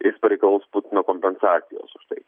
jis pareikalaus putino kompensacijos už tai